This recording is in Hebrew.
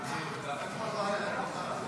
איפה שר האוצר?